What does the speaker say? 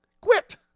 Quit